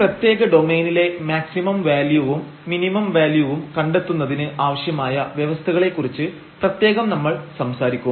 ഒരു പ്രത്യേക ഡൊമെയിനിലെ മാക്സിമം വാല്യുവും മിനിമം വാല്യുവും കണ്ടെത്തുന്നതിന് ആവശ്യമായ വ്യവസ്ഥകളെക്കുറിച്ച് പ്രത്യേകം നമ്മൾ സംസാരിക്കും